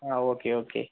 ആ ഒക്കെ ഒക്കെ